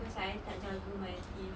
cause I tak jaga my teeth